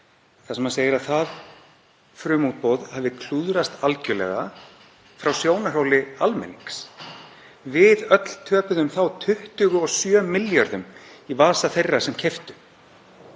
þar sem hann segir að það frumútboð hafi klúðrast algerlega frá sjónarhóli almennings. Við öll töpuðum þá 27 milljörðum í vasa þeirra sem keyptu.